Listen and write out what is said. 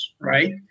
right